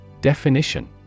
Definition